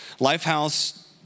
Lifehouse